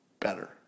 better